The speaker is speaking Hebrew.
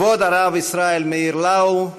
כבוד הרב ישראל מאיר לאו,